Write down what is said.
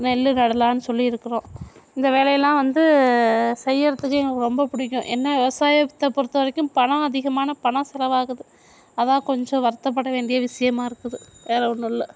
நெல் நடலாம் சொல்லியிருக்குறோம் இந்த வேலையெல்லாம் வந்து செய்கிறதுக்கு எங்களுக்கு ரொம்ப பிடிக்கும் என்ன விவசாயத்தை பொறுத்தவரைக்கும் பணம் அதிகமான பணம் செலவாகுது அதுதான் கொஞ்சம் வருத்தப்பட வேண்டிய விஷயமாயிருக்குது வேறு ஒன்றுயில்ல